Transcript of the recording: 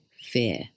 fear